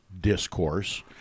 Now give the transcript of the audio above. discourse